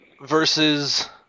versus